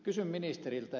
kysyn ministeriltä